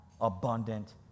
abundant